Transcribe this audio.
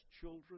children